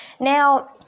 Now